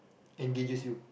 engages you